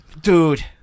Dude